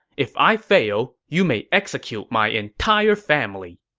if i fail, you may execute my entire family.